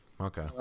Okay